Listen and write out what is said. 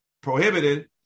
prohibited